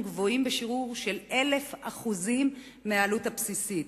גבוהים בשיעור של 1,000% מהעלות הבסיסית.